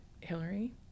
Hillary